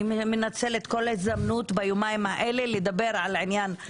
ביומיים האלה אני מנצלת כל הזדמנות לדבר על האזיק